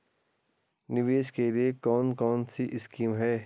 निवेश के लिए कौन कौनसी स्कीम हैं?